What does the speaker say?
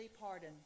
pardon